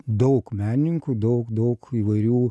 daug menininkų daug daug įvairių